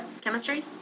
chemistry